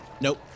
nope